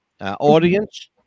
audience